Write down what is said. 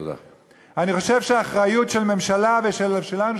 אני חושב שהאחריות של הממשלה ושלנו,